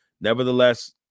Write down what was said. nevertheless